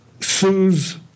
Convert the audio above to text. sues